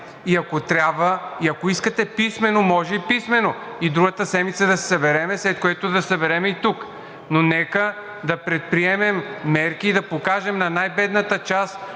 и ако искате писмено, може и писмено, другата седмица да се съберем, след което да се съберем и тук. Но нека да предприемем мерки и да покажем на най-бедната част